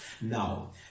Now